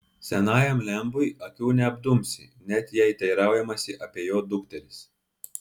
senajam lembui akių neapdumsi net jei teiraujamasi apie jo dukteris